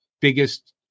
biggest